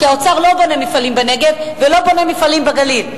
כי האוצר לא בונה מפעלים בנגב ולא בונה מפעלים בגליל.